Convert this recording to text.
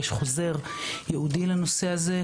יש חוזר ייעודי לנושא הזה,